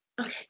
Okay